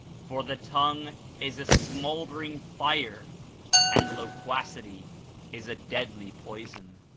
for the tongue is a smouldering fire and loquacity is a deadly poison.